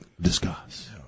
Discuss